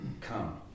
come